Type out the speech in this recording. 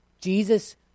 Jesus